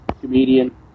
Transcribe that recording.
comedian